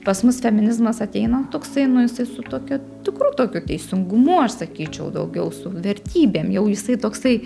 pas mus feminizmas ateina toksai nu jisai su tokia tikru tokiu teisingumu aš sakyčiau daugiau su vertybėm jau jisai toksai